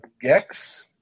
Gex